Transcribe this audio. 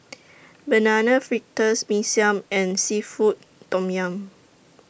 Banana Fritters Mee Siam and Seafood Tom Yum